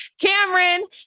Cameron